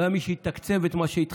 לא היה מי שיתקצב את מה שהתחייבנו,